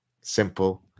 Simple